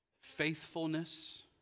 Faithfulness